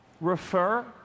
refer